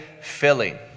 filling